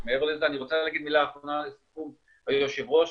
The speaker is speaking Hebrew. אני רוצה להגיד מילה אחרונה לסיכום, היושב ראש.